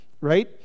right